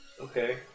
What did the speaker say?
Okay